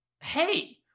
hey